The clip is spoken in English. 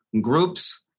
groups